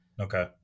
Okay